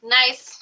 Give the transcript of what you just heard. nice